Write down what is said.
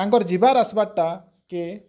ତାଙ୍କର୍ ଯିବାର୍ ଆସିବାର୍ଟା କେ